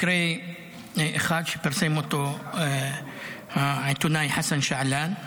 מקרה אחד שפרסם העיתונאי חסן שעלאן,